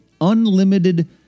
unlimited